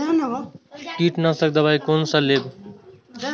कीट नाशक दवाई कोन सा लेब?